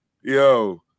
Yo